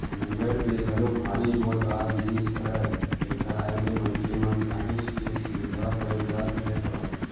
Google pay घलोक भारी जोरदार जिनिस हरय एखर आय ले मनखे मन ल काहेच के सुबिधा होय ल धरे हवय